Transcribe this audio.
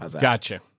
Gotcha